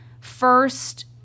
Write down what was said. first